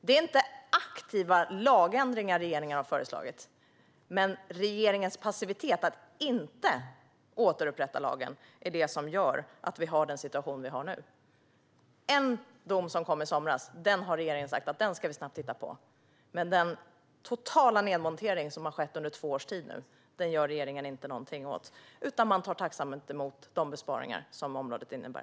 Det är inte aktiva lagändringar som regeringen har föreslagit. Det är regeringens passivitet när det gäller att inte återupprätta lagen som gör att vi har den situation vi har nu. Det finns en dom, som kom i somras, där regeringen har sagt: Den ska vi snabbt titta på. Men den totala nedmontering som har skett under två års tid gör regeringen ingenting åt nu, utan man tar tacksamt emot de besparingar som området innebär.